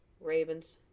Ravens